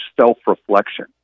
self-reflection